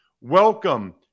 Welcome